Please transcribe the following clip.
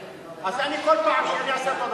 אז כל פעם אני אעשה אותו הדבר.